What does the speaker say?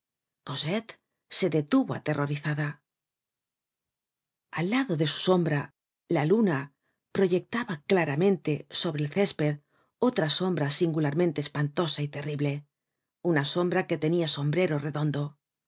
se detuvo aterrorizada al lado de su sombra la luna proyectaba claramente sobre el césped otra sombra singularmente espantosa y terrible una sombra que tenia sombrero redondo